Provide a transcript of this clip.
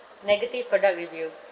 negative product review